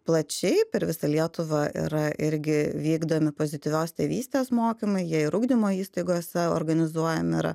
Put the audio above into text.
plačiai per visą lietuvą yra irgi vykdomi pozityvios tėvystės mokymai jie ir ugdymo įstaigose organizuojami yra